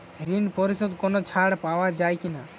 ঋণ পরিশধে কোনো ছাড় পাওয়া যায় কি?